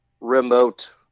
Remote